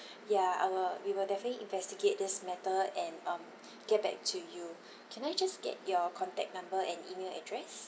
ya I will we will definitely investigate this matter and um get back to you can I just get your contact number and email address